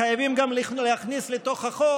חייבים גם להכניס לתוך החוק